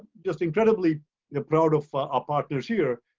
just incredibly proud of our ah partners here,